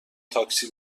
تاکسی